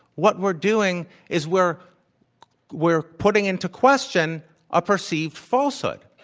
what we're doing is we're we're putting into question a perceived falsehood.